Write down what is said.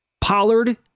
Pollard